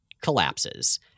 collapses